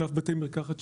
ענף בתי המרקחת,